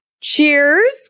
Cheers